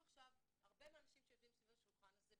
הרבה מהאנשים שיושבים סביב השולחן הזה,